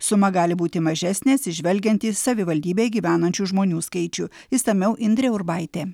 suma gali būti mažesnė atsižvelgiant į savivaldybėj gyvenančių žmonių skaičių išsamiau indrė urbaitė